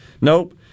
Nope